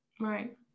right